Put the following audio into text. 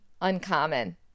uncommon